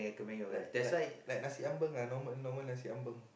like like like nasi ambeng ah like normal nasi ambeng